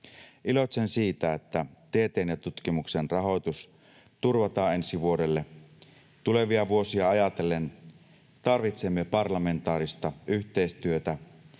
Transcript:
Iloitsen siitä, että tieteen ja tutkimuksen rahoitus turvataan ensi vuodelle. Tulevia vuosia ajatellen tarvitsemme parlamentaarista yhteistyötä,